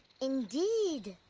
indeed!